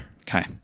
Okay